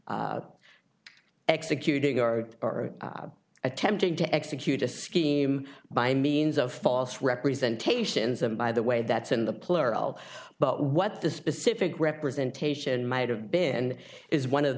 executing or or attempting to execute a scheme by means of false representation some by the way that's in the plural but what the specific representation might have been is one of